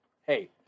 hey